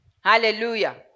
Hallelujah